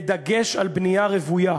בדגש על בנייה רוויה,